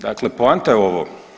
Dakle, poanta je ovo.